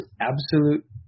absolute